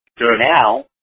Now